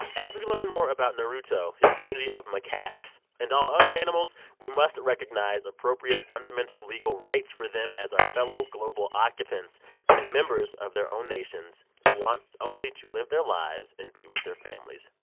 as we learn more about naruto, his community of macaques and all other animals, we must recognize appropriate fundamental legal rights for them as our fellow global occupants and members of their own nations who want only to live their lives and be with their families.